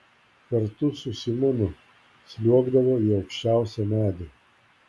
kartu su simonu sliuogdavo į aukščiausią medį